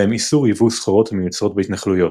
בהם איסור ייבוא סחורות המיוצרות בהתנחלויות.